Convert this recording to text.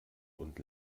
und